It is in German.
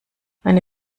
eine